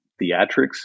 theatrics